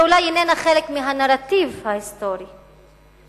היא אולי איננה חלק מהנרטיב ההיסטורי שלך,